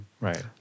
Right